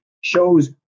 shows